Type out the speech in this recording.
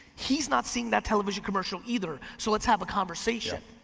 he's not seeing that television commercial either, so let's have a conversation.